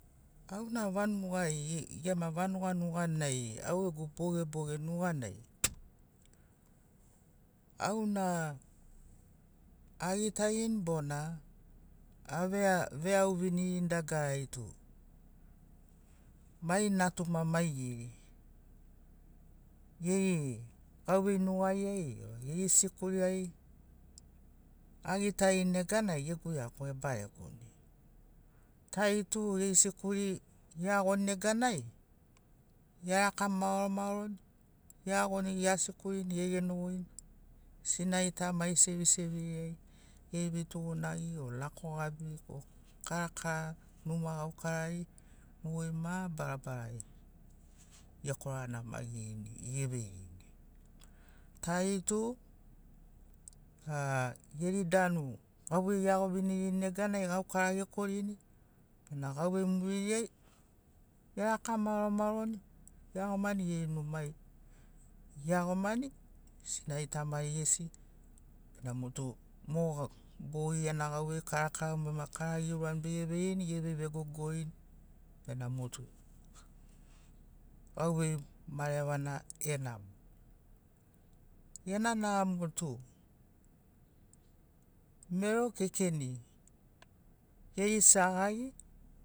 Auna vanugai gema vanuga nuganai au gegu bogeboge nuganai auna agitarini bona aveauvirini dagarari tu mai natuma maigeri geri gauvei nugariai e geri sikuri ai agitarini neganai gegu iaku ebaregoni tari tu geri sikuri eagoni neganai eraka maoro maoroni eagoni ea sikurini egenogoini sinari tamari seviseviriai geri vetugunagi o lako gabi o kara kara numa gaukarari mogeri mabarabarari ekoranamagirini eveirini tari tu a geri danu gauvei eagovinirini neganai gaukara ekorini bena gauvei muririai eraka maoro maoroni eagomani geri numai eagomani sinari tamari gesi bena motu mo bogi gena gauvei karakara bema kara eurani beveirini evei vegogorini bena motu gauvei marevana enamoni ena namo tu mero kekeni geri sagari.